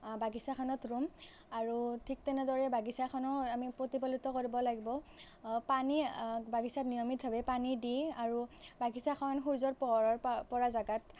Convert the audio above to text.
বাগিচাখনত ৰুম আৰু ঠিক তেনেদৰে বাগিচাখনো আমি প্ৰতিপালিত কৰিব লাগিব পানী বাগিচাত নিয়মিতভাৱে পানী দি আৰু বাগিচাখন সূৰ্যৰ পোহৰ পৰা জেগাত